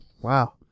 Wow